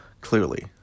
clearly